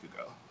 ago